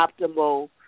optimal